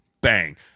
Bang